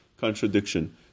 contradiction